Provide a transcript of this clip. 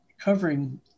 covering